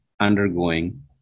undergoing